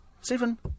Stephen